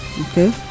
Okay